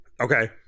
Okay